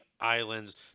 islands